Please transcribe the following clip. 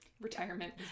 retirement